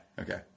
Okay